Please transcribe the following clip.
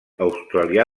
australià